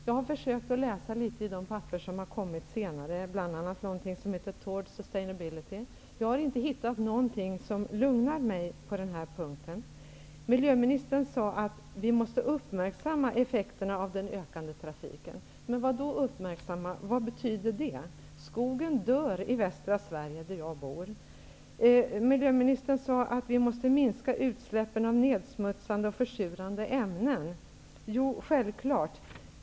Jag har försökt att läsa litet i de papper som har kommit senare, bl.a. någonting som heter Towards sustainability. Jag har inte hittat någonting som lugnar mig på den här punkten. Miljöministern sade att vi måste uppmärksamma effekterna av den ökande trafiken. Uppmärksamma? Vad betyder det? Skogen dör i västra Sverige, där jag bor. Miljöministern sade att vi måste minska utsläppen av nedsmutsande och försurande ämnen. Jo, självklart.